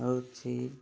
ହେଉଛି